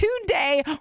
today